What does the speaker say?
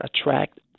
attract